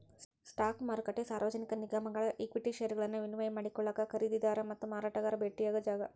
stock ಮಾರುಕಟ್ಟೆ ಸಾರ್ವಜನಿಕ ನಿಗಮಗಳ ಈಕ್ವಿಟಿ ಷೇರುಗಳನ್ನ ವಿನಿಮಯ ಮಾಡಿಕೊಳ್ಳಾಕ ಖರೇದಿದಾರ ಮತ್ತ ಮಾರಾಟಗಾರ ಭೆಟ್ಟಿಯಾಗೊ ಜಾಗ